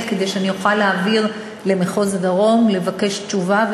כדי שאני אוכל להעביר למחוז הדרום לבקש תשובה,